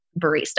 barista